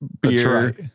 beer